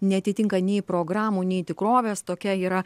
neatitinka nei programų nei tikrovės tokia yra